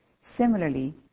similarly